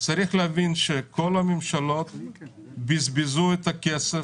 צריך להבין שכל הממשלות בזבזו את הכסף.